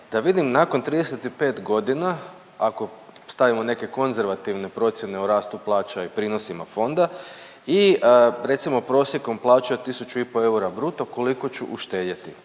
da vidim nakon 35 godina ako stavimo neke konzervativne procjene o rastu plaća i prinosima fonda i recimo prosjekom plaće od tisuću i po eura bruto, koliko ću uštedjeti.